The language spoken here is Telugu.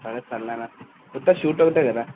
సరే సర్లే అన్న ఉత్త షూట్ ఒక్కటే కదా